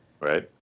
Right